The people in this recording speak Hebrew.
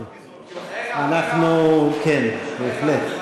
חייבים, כן, בהחלט.